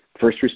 first